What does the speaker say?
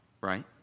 right